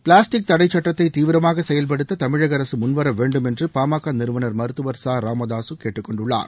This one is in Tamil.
பிளாஸ்டிக் தடைச் சட்டத்தை தீவிரமாக செயல்படுத்த தமிழக அரசு முன்வர வேண்டும் என்று பாமக நிறுவனர் மருத்துவர் ச ராமதாசு கேட்டுக் கொண்டுள்ளார்